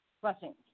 blessings